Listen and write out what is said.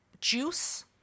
Juice